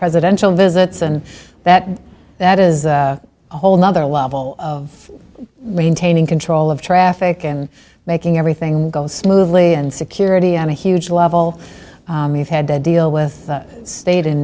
presidential visits and that that is a whole nother level of maintaining control of traffic and making everything goes smoothly and security on a huge level we've had to deal with